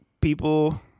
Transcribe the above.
people